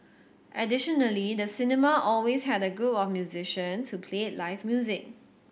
additionally the cinema always had a group of musicians who played live music